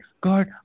God